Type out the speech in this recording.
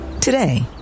Today